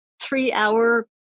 three-hour